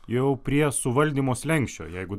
jau prie suvaldymo slenksčio jeigu